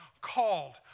called